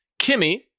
Kimmy